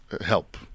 help